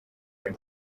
loni